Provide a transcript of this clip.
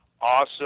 awesome